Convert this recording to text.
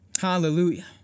Hallelujah